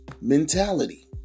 mentality